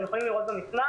אתם יכולים לראות במסמך,